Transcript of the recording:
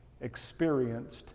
experienced